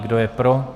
Kdo je pro?